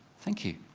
thank you.